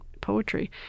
poetry